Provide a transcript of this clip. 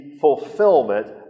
fulfillment